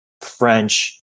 French